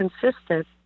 consistent